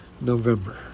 November